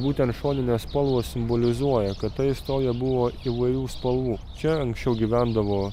būtent šoninės spalvos simbolizuoja kad ta istorija buvo įvairių spalvų čia anksčiau gyvendavo